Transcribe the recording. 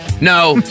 No